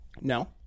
No